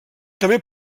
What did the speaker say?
també